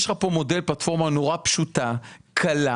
יש לך פה מודל, פלטפורמה נורא פשוטה וקלה.